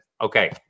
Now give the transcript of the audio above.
Okay